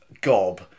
gob